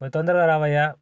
మరి తొందరగా రావయ్యా